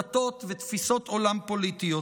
דתות ותפיסות עולם פוליטיות.